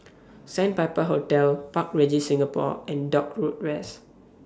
Sandpiper Hotel Park Regis Singapore and Dock Road West